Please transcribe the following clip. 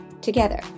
together